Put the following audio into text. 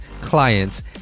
clients